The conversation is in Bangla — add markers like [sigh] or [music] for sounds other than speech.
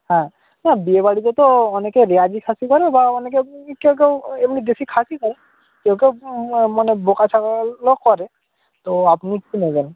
হ্যাঁ না বিয়েবাড়িতে তো অনেকে রেওয়াজি খাসি করে বা অনেকে কেউ কেউ এমনি দেশি খাসি [unintelligible] কেউ কেউ মানে বোকা ছাগল ও করে তো আপনি কী নেবেন